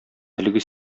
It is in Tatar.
әлеге